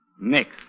Nick